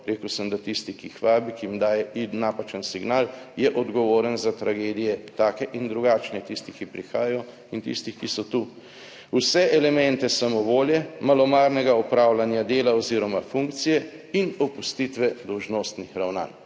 rekel sem, da tisti, ki jih vabi, ki jim daje napačen signal, je odgovoren za tragedije, take in drugačne, tisti, ki prihajajo in tistih, ki so tu. Vse elemente samovolje, malomarnega opravljanja dela oziroma funkcije in opustitve dolžnostnih ravnanj.